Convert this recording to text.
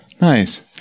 Nice